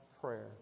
prayer